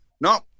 No